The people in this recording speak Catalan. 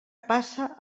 passa